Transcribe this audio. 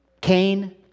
Cain